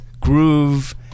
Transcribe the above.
groove